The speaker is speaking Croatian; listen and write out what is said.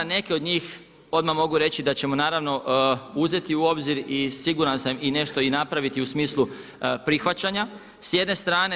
Neke od njih odmah mogu reći da ćemo naravno uzeti u obzir i siguran sam i nešto napraviti u smislu prihvaćanja s jedne strane.